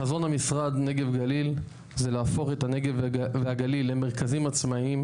חזון המשרד נגב גליל זה להפוך את הנגב והגליל למרכזים עצמאיים,